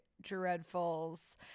Dreadfuls